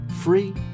free